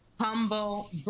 humble